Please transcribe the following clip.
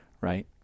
Right